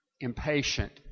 impatient